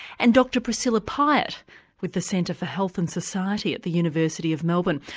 and dr priscilla pyett with the centre for health and society at the university of melbourne,